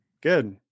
Good